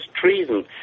treason